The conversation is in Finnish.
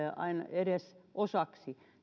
edes osaksi